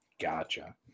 Gotcha